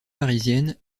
parisienne